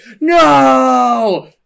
No